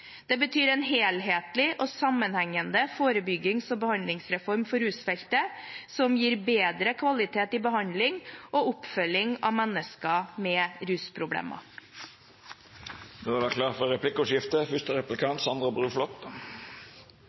Det betyr en helhetlig og sammenhengende forebyggings- og behandlingsreform for rusfeltet som gir bedre kvalitet i behandling og oppfølging av mennesker med